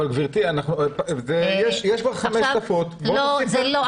גברתי, אבל יש כבר חמש שפות, בואי נוסיף עוד שפה.